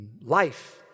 life